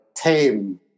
tame